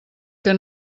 que